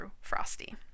Frosty